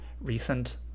recent